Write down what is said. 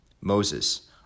Moses